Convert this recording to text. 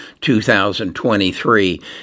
2023